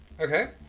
Okay